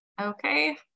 okay